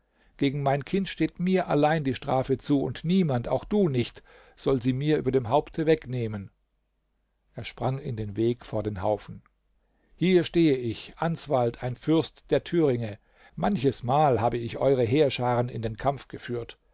gegen mein kind steht mir allein die strafe zu und niemand auch du nicht soll sie mir über dem haupte wegnehmen er sprang in den weg vor den haufen hier stehe ich answald ein fürst der thüringe manches mal habe ich eure heerscharen in den kampf geführt